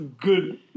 good